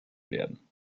werden